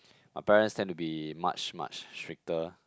my parents tend to be much much stricter